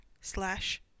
slash